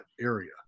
area